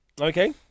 okay